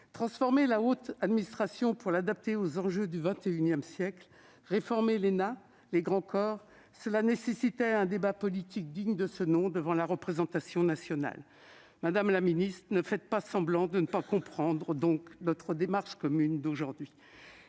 Transformer la haute administration pour l'adapter aux enjeux du XXI siècle, réformer l'ENA et les grands corps, cela nécessitait un débat politique digne de ce nom devant la représentation nationale. Madame la ministre, ne faites donc pas semblant de ne pas comprendre notre démarche commune. Il y aurait